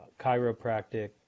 chiropractic